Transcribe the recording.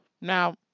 Now